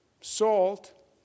SALT